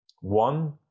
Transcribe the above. One